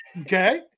Okay